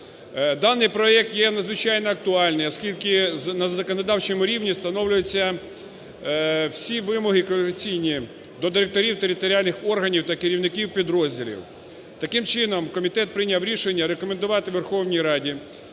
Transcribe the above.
Даний проект є надзвичайно актуальний, оскільки на законодавчому рівні встановлюються всі вимоги кваліфікаційні до директорів територіальних органів та керівників підрозділів. Таким чином, комітет прийняв рішення рекомендувати Верховній Раді